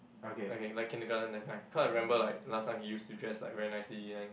okay like kindergarten that kind cause remember like last time he used to dress like very nicely then